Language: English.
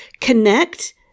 connect